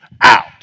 out